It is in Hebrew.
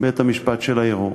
בבית-המשפט של הערעור.